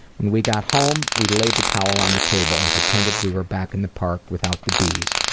when we got home we laid the towel on the table and pretended we were back in the park, without the bees.